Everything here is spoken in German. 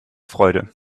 freude